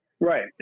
Right